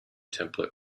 template